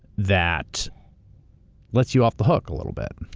that let's you off the hook a little bit.